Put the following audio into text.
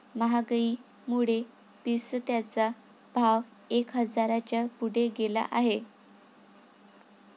महागाईमुळे पिस्त्याचा भाव एक हजाराच्या पुढे गेला आहे